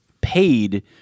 paid